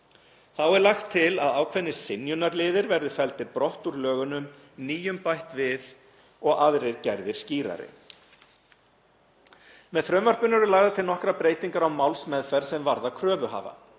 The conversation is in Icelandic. Þá er lagt til að ákveðnir synjunarliðir verði felldir brott úr lögunum, nýjum bætt við og aðrir gerðir skýrari. Með frumvarpinu eru lagðar til nokkrar breytingar á málsmeðferð sem varða kröfuhafa.